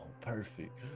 perfect